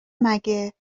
مگه